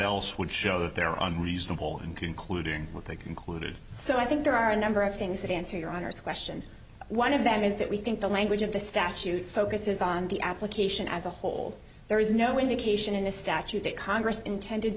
else would show that there are unreasonable in concluding what they concluded so i think there are a number of things that answer your honor's question one of them is that we think the language of the statute focuses on the application as a whole there is no indication in the statute that congress intended